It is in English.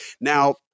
Now